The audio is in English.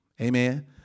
Amen